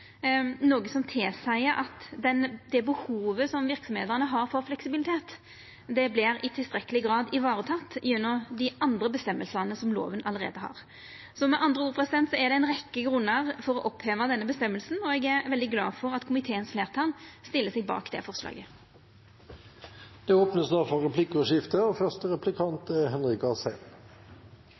noko som tilseier at det behovet som verksemdene har for fleksibilitet, i tilstrekkeleg grad vert vareteke gjennom dei andre bestemmingane som loven allereie har. Så med andre ord er det ei rekkje grunnar til å oppheva denne bestemminga, og eg er veldig glad for at fleirtalet i komiteen stiller seg bak det forslaget. Det blir replikkordskifte.